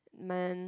man